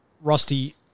Rusty